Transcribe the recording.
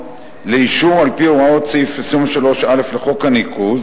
לאישור על-פי הוראות סעיף 23(א) לחוק הניקוז